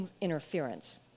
interference